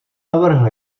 navrhl